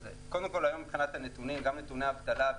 מבחינת הנתונים היום גם נתוני האבטלה,